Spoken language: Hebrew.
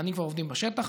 הקבלנים כבר עובדים בשטח,